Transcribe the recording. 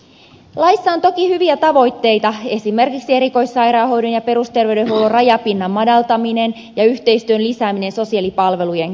laissa on toki hyviä tavoitteita esimerkiksi erikoissairaanhoidon ja perusterveydenhuollon rajapinnan madaltaminen ja yhteistyön lisääminen sosiaalipalvelujen kanssa